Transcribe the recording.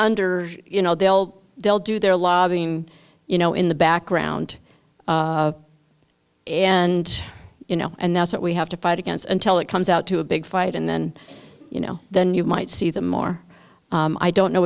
under you know they'll they'll do their lobbying you know in the background and you know and that's what we have to fight against until it comes out to a big fight and then you know then you might see the more i don't know